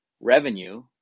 revenue